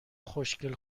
خوشگل